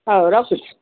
ହଉ ରଖୁଛି